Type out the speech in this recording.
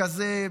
בכזה,